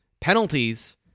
penalties